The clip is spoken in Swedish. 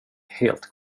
helt